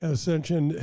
Ascension